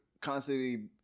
constantly